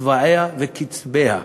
צבעיה וקצביה.